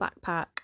backpack